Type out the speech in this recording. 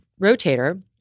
rotator